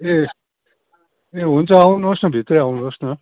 ए ए हुन्छ आउनुहोस् न भित्रै आउनुहोस् न